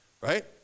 right